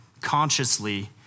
consciously